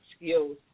skills